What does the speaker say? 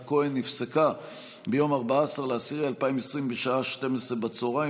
כהן נפסקה ביום 14 באוקטובר 2020 בשעה 12:00,